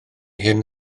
hyn